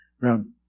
round